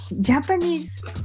Japanese